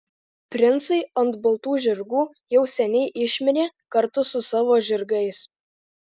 princai ant baltų žirgų jau seniai išmirė kartu su savo žirgais